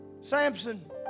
Samson